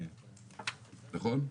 נכון?